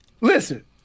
Listen